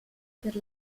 per